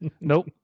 Nope